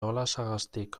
olasagastik